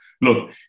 look